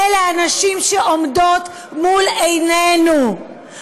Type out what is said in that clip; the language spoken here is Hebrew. אלה הנשים שעומדות מול עינינו,